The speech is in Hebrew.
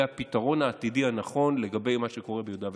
הפתרון העתידי הנכון לגבי מה שקורה ביהודה ושומרון.